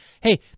hey